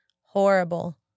Horrible